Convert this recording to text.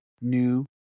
new